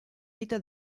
vita